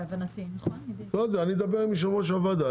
אני אדבר עם יושב-ראש הוועדה.